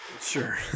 Sure